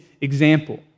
example